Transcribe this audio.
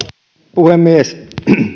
puhemies